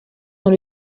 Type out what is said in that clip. dans